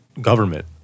government